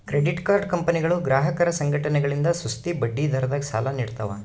credit card ಕಂಪನಿಗಳು ಗ್ರಾಹಕರ ಸಂಘಟನೆಗಳಿಂದ ಸುಸ್ತಿ ಬಡ್ಡಿದರದಾಗ ಸಾಲ ನೀಡ್ತವ